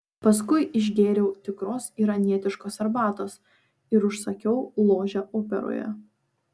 paskui išgėriau tikros iranietiškos arbatos ir užsakiau ložę operoje